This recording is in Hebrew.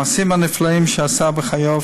המעשים הנפלאים שעשה בחייו,